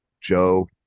Joe